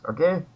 Okay